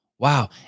wow